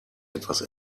etwas